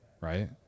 right